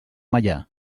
meià